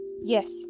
Yes